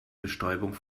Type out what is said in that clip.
bestäubung